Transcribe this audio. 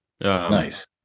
Nice